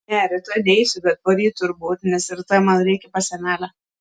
ne rytoj neisiu bet poryt turbūt nes rytoj man reikia pas senelę